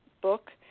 book